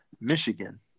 Michigan